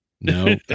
No